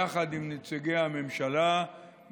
יחד עם נציגי הממשלה,